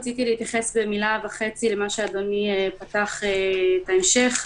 רציתי להתייחס במילה וחצי למה שאדוני פתח את ההמשך,